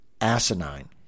asinine